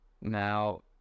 Now